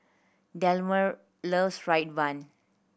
Delmer loves fried bun